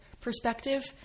perspective